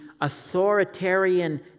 authoritarian